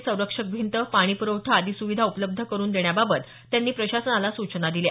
देवस्थान परिसराची संरक्षक भिंत पाणीपुरवठा आदी सुविधा उपलब्ध करून देण्याबाबत त्यांनी प्रशासनाला सूचना दिल्या